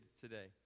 today